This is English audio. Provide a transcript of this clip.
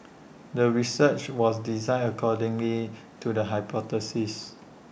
the research was designed according to the hypothesis